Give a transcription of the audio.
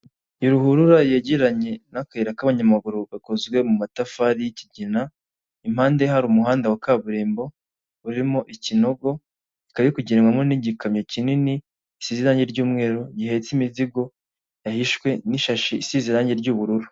Ni ruhurura yegeranye n'akayira k'abanyamaguru gakozwe mu matafari y'ikigina, impande hari umuhanda wa kaburimbo, urimo ikinogo, ikaba iri kugendwamo n'igikamyo kinini gisize irange ry'umweru, gihetse imizigo yahishwe n'ishashi isize irangi ry'ubururu.